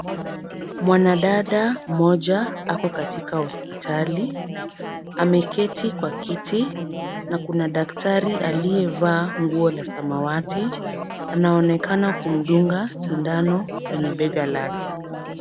Mwanadada mmoja ako katika hospitali, ameketi kwa kiti, na kuna daktari aliyevaa nguo la samawati, anaonekana kumdunga sindano kwenye bega lake.